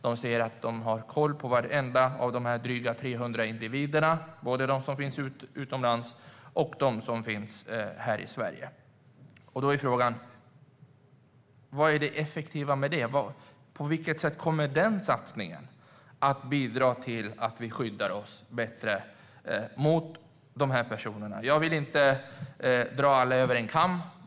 De säger att de har koll på varenda en av dessa drygt 300 individer, både de som finns utomlands och de som finns här i Sverige. Då är frågan: Vad är det effektiva med detta? På vilket sätt kommer satsningen att bidra till att vi skyddar oss bättre mot dessa personer? Jag vill inte dra alla över en kam.